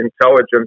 intelligence